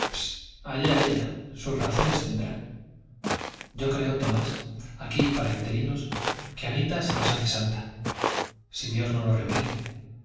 allá ella sus razones tendrá yo creo tomás aquí para interinos que anita se nos hace santa si dios no lo remedia